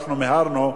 אנחנו מיהרנו,